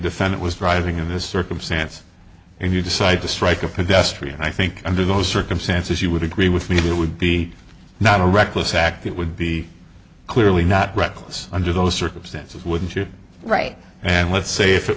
defendant was driving in this circumstance and you decide to strike a pedestrian i think under those circumstances you would agree with me it would be not a reckless act it would be clearly not reckless under those circumstances wouldn't you right and let's say if it